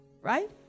Right